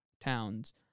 towns